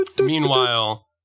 Meanwhile